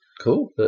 Cool